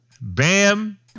Bam